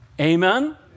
amen